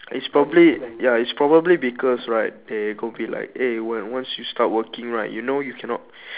it's probably ya it's probably because right eh like eh one once you start working right you know you cannot